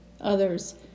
others